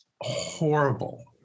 horrible